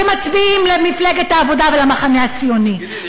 שמצביעים למפלגת העבודה ולמחנה הציוני,